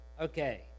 Okay